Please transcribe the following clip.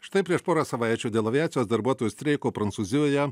štai prieš porą savaičių dėl aviacijos darbuotojų streiko prancūzijoje